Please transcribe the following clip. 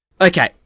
Okay